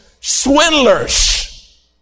swindlers